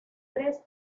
tres